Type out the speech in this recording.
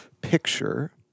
picture